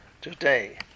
today